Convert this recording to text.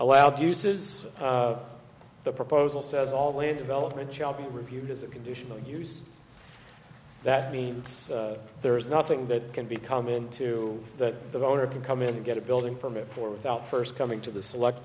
allowed uses the proposal says all land development shall be reviewed as a condition to use that means there is nothing that can be come into that the owner can come in and get a building permit for without first coming to the select